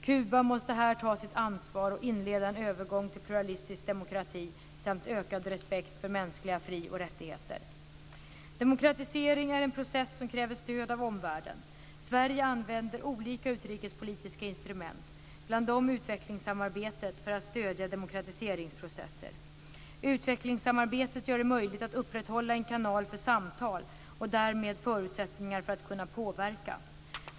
Kuba bör här ta sitt ansvar och inleda en övergång till pluralistisk demokrati samt ökad respekt för mänskliga fri och rättigheter. Demokratisering är en process som kräver stöd av omvärlden. Sverige använder olika utrikespolitiska instrument, bland dem utvecklingssamarbetet, för att stödja demokratiseringsprocesser. Utvecklingssamarbetet gör det möjligt att upprätthålla en kanal för samtal och därmed förutsättningar för att kunna påverka.